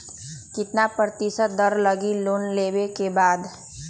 कितना प्रतिशत दर लगी लोन लेबे के बाद?